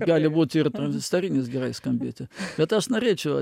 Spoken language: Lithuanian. gali būti ir tranzistorinis gerai skambėti bet aš norėčiau